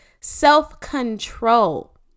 self-control